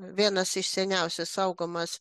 vienas iš seniausių saugomas